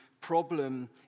problem